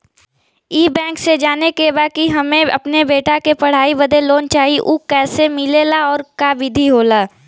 ई बैंक से जाने के बा की हमे अपने बेटा के पढ़ाई बदे लोन चाही ऊ कैसे मिलेला और का विधि होला?